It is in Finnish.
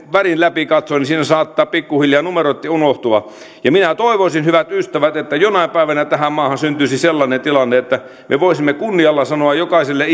värin läpi katsoo niin siinä saattaa pikkuhiljaa numerot jo unohtua minä toivoisin hyvät ystävät että jonain päivänä tähän maahan syntyisi sellainen tilanne että me voisimme kunnialla sanoa jokaiselle